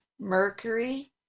Mercury